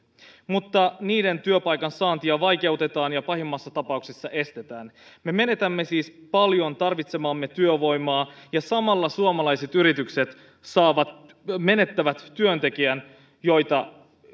mutta heidän työpaikansaantiaan vaikeutetaan ja pahimmassa tapauksessa estetään me menetämme siis paljon tarvitsemaamme työvoimaa ja samalla suomalaiset yritykset menettävät työntekijän